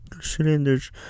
cylinders